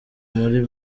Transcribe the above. muli